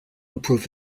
improve